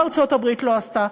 מה ארצות-הברית לא עשתה,